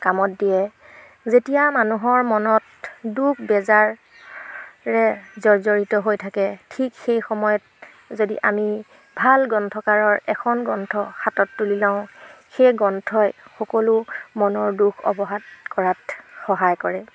কামত দিয়ে যেতিয়া মানুহৰ মনত দুখ বেজাৰে জৰ্জৰিত হৈ থাকে ঠিক সেই সময়ত যদি আমি ভাল গ্ৰন্থকাৰৰ এখন গ্ৰন্থ হাতত তুলি লওঁ সেই গ্ৰন্থই সকলো মনৰ দুখ অৱসাদ কৰাত সহায় কৰে